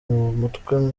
mutwe